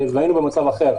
והיינו במצב אחר.